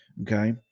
Okay